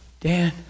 Dan